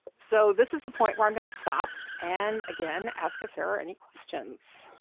so this is the point where i'm going to stop and again ask if there are any questions,